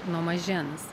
nuo mažens